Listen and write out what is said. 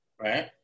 Right